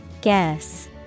Guess